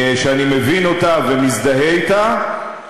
שאני מבין אותו ומזדהה אתו,